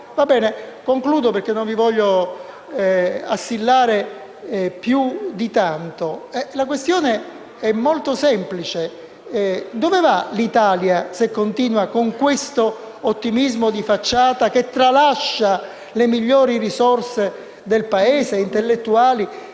Concludo perché non voglio assillarvi più di tanto e la questione è molto semplice: dove va l'Italia, se continua con quest'ottimismo di facciata, che tralascia le migliori risorse intellettuali